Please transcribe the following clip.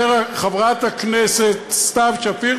חברת הכנסת סתיו שפיר,